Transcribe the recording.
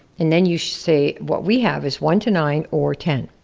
and then you say, what we have is one to nine or ten.